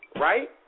right